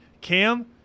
Cam